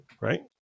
Right